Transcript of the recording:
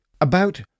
About